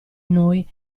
noi